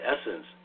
essence